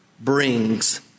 brings